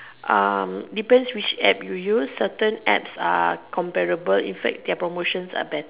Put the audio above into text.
um depends which App you use certain apps are comparable in fact their promotions are better